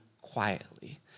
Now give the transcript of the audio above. quietly